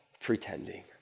pretending